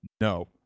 no